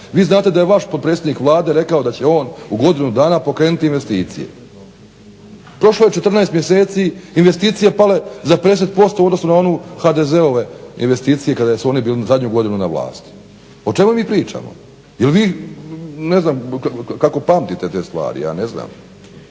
Vi znate da je vaš potpredsjednik Vlade rekao da će on u godinu dana pokrenuti investicije. Prošlo je 14 mjeseci, investicije pale za 50% u odnosu na one HDZ-ove investicije kada su oni bili zadnju godinu na vlasti. O čemu mi pričamo? Jel vi, kako pamtite te stvari, ja ne znam.